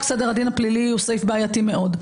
סדר הדין הפלילי הוא סעיף בעייתי מאוד.